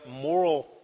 moral